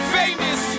famous